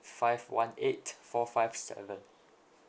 five one eight four five seven